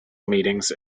meetings